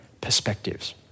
perspectives